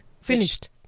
Finished